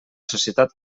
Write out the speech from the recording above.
societat